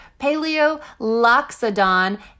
Paleoloxodon